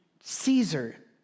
Caesar